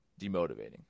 demotivating